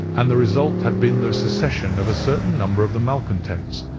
and the result had been the secession of a certain number of the malcontents,